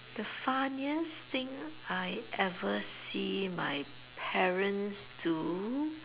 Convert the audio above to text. the funniest thing I ever see my parents do